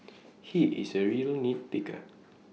he is A real nit picker